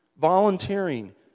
volunteering